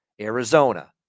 Arizona